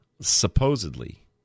supposedly